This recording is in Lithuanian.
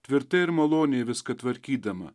tvirtai ir maloniai viską tvarkydama